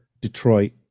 detroit